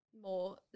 more